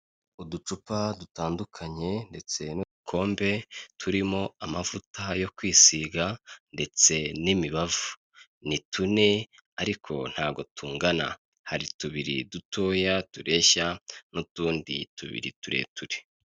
Uducupa dutandukanye ndetse n'udukombe turimo amavuta yo kwisiga ndetse n'imibavu, ni tune ariko ntago tungana, hari tubiri dutoya tureshya n'utundi tubiri tureture.